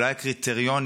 אולי הקריטריונים,